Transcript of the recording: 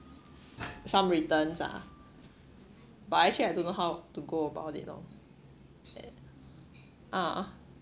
some returns ah but actually I don't know how to go about it lor ah